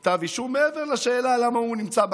ועוד מאות שנמצאות